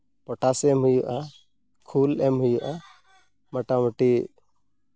potassium ᱮᱢ ᱦᱩᱭᱩᱜᱼᱟ ᱠᱷᱳᱞ ᱮᱢ ᱦᱩᱭᱩᱜᱼᱟ ᱢᱳᱴᱟᱢᱩᱴᱤ